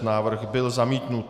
Návrh byl zamítnut.